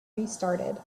restarted